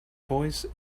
voice